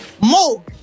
more